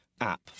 app